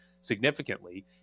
significantly